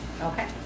Okay